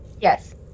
Yes